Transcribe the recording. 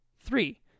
Three